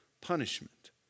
punishment